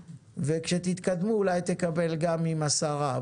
כשתתקדמו אולי תקבל גם עם השרה,